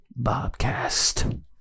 Bobcast